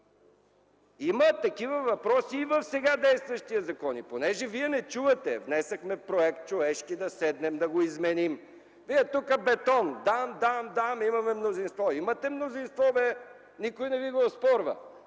Има такива въпроси и в сега действащия закон. И понеже вие не чувате – внесохме проект. Човешки да седнем да го изменим, но вие тук – бетон: „Дан, дан, дан – имаме мнозинство”. Имате мнозинство, никой не ви го оспорва.